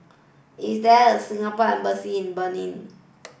is there a Singapore Embassy in Benin